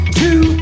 two